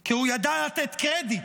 כי הוא ידע לתת קרדיט.